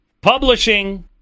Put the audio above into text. publishing